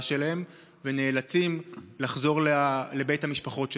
שלהם ונאלצים לחזור לבית המשפחות שלהם.